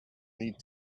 need